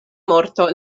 morto